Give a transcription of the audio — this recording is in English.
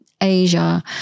Asia